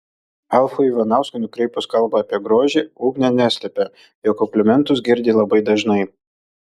alfui ivanauskui nukreipus kalbą apie grožį ugnė neslėpė jog komplimentus girdi labai dažnai